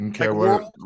Okay